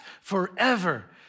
forever